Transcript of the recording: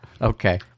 Okay